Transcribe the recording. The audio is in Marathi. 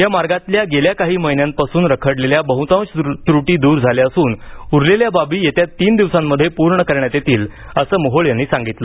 या मार्गातल्या गेल्या काही महिन्यांपासून रखडलेल्या बहुतांश त्रटी द्र झाल्या असून उरलेल्या बाबी येत्या तीन दिवसांमध्ये पूर्ण करण्यात येतील असं मोहोळ यांनी सांगितलं